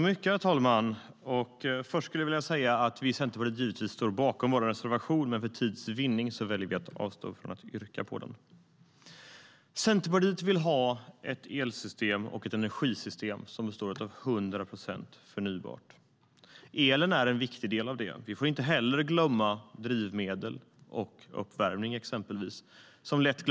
Herr talman! Först vill jag säga att vi i Centerpartiet givetvis står bakom vår reservation, men för tids vinnande väljer vi att avstå från att yrka bifall till den. Centerpartiet vill ha ett elsystem och ett energisystem som består av 100 procent förnybart. Elen är en viktig del av det. Vi får inte heller glömma exempelvis drivmedel och uppvärmning.